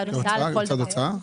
לצד הוצאה?